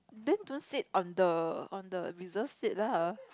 then don't sit on the on the reserved seat lah